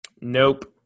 Nope